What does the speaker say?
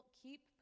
keep